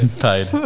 Paid